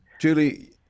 Julie